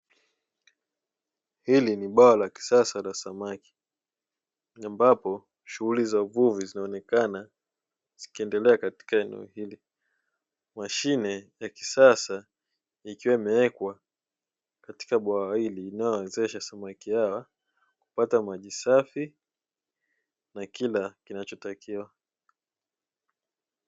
Hili ni bwawa la kisasa la samaki ambapo shughuli za uvuvi zinaonekana zikiendelea katika eneo hilo. Mashine ya kisasa ikiwa imewekwa katika bwawa hili linalowezesha samaki hawa kupata maji safi na kina kinachotakiwa.